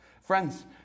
Friends